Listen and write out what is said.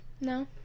No